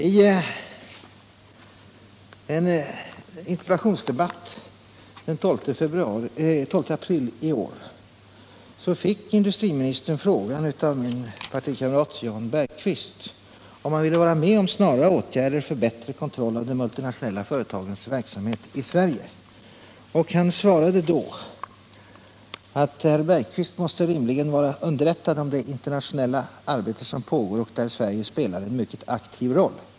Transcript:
I en interpellationsdebatt den 12 april i år fick industriministern frågan av min partikamrat Jan Bergqvist om han ville vara med om snara åtgärder för bättre kontroll av de multinationella företagens verksamhet i Sverige. Industriministern svarade då att ”herr Bergqvist måste rimligen vara underrättad om det internationella arbete som pågår och där Sverige spelar en mycket aktiv roll.